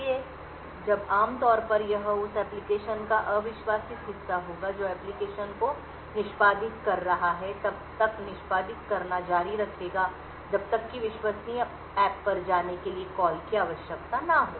इसलिए जब आम तौर पर यह उस एप्लिकेशन का अविश्वासित हिस्सा होगा जो एप्लिकेशन को निष्पादित कर रहा है तब तक निष्पादित करना जारी रखेगा जब तक कि विश्वसनीय ऐप पर जाने के लिए कॉल की आवश्यकता न हो